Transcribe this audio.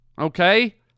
Okay